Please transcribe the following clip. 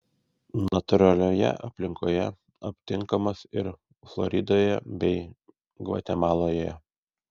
natūralioje aplinkoje aptinkamos ir floridoje bei gvatemaloje